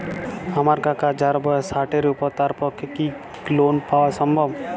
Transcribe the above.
আমার কাকা যাঁর বয়স ষাটের উপর তাঁর পক্ষে কি লোন পাওয়া সম্ভব?